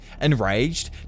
Enraged